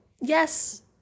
yes